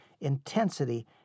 intensity